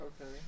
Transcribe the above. Okay